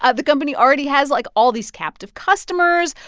ah the company already has, like, all these captive customers,